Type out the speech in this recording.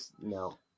no